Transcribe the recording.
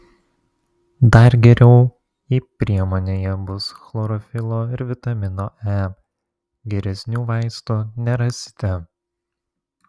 dar geriau jei priemonėje bus chlorofilo ir vitamino e geresnių vaistų nerasite